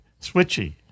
Switchy